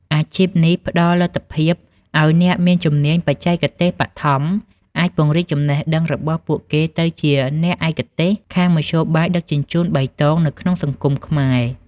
អាជីពនេះបានផ្តល់លទ្ធភាពឱ្យអ្នកមានជំនាញបច្ចេកទេសបឋម អាចពង្រីកចំណេះដឹងរបស់ពួកគេទៅជាអ្នកឯកទេសខាងមធ្យោបាយដឹកជញ្ជូនបៃតងនៅក្នុងសង្គមខ្មែរ។